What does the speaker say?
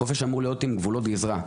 חופש אמור להיות עם גבולות גזרה.